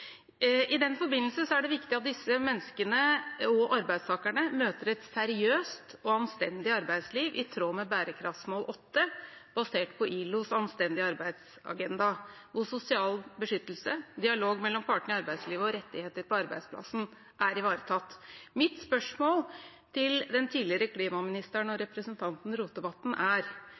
I den forbindelse er det viktig at disse menneskene og arbeidstakerne møter et seriøst og anstendig arbeidsliv i tråd med bærekraftsmål 8, basert på ILOs anstendige arbeidsagenda, og at sosial beskyttelse, dialog mellom partene i arbeidslivet og rettigheter på arbeidsplassen er ivaretatt. Mitt spørsmål til den tidligere klimaministeren og representanten Rotevatn er: